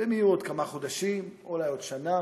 והן יהיו עוד כמה חודשים, אולי עוד שנה,